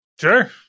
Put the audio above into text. Sure